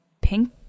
Pink